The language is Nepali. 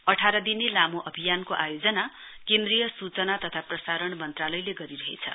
अठार दिने लामो अभियानको आयोजना केन्द्रीय सूचना तथा प्रसारण मन्त्रालयले गरिरहेछ